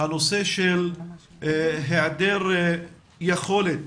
הנושא של היעדר יכולת